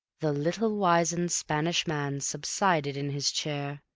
the little wizened spanish man subsided in his chair,